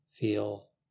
Feel